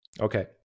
Okay